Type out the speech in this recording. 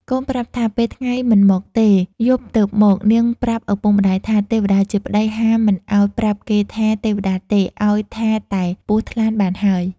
កូនប្រាប់ថា ពេលថ្ងៃមិនមកទេ យប់ទើបមក នាងប្រាប់ឪពុកម្ដាយថា ទេវតាជាប្ដីហាមមិនឱ្យប្រាប់គេថា ទេវតាទេឱ្យថាតែពស់ថ្លាន់បានហើយ។